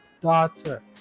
daughter